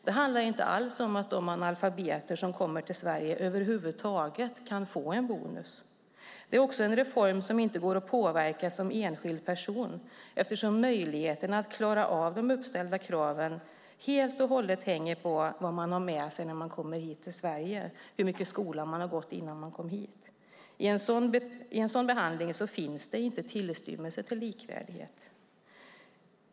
Det handlar inte alls om att de analfabeter som kommer till Sverige över huvud taget kan få en bonus. Det är också en reform som inte går att påverka som enskild person eftersom möjligheterna att klara av de uppställda kraven helt och hållet hänger på vad man har med sig när man kommer hit till Sverige och hur länge man har gått i skolan innan man kom hit. I en sådan behandling finns det inte en tillstymmelse till likvärdighet.